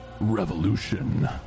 revolution